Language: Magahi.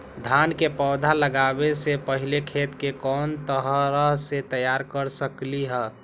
धान के पौधा लगाबे से पहिले खेत के कोन तरह से तैयार कर सकली ह?